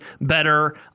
better